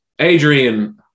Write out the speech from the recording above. adrian